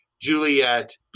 Juliet